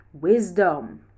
Wisdom